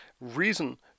reason